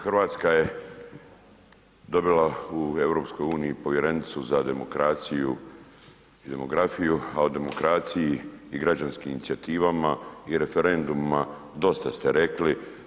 Hrvatska je dobila u EU povjerenicu za demokraciju i demografiju a o demokraciji i građanskim inicijativama i referendumima dosta ste rekli.